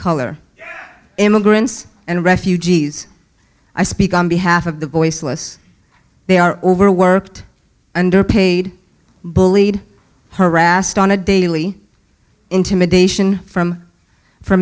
color immigrants and refugees i speak on behalf of the voiceless they are overworked underpaid bullied harassed on a daily intimidation from f